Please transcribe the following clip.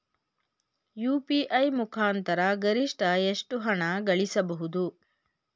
UPI ಮುಖಾಂತರ ಗರಿಷ್ಠ ಎಷ್ಟು ಹಣ ಕಳಿಸಬಹುದು?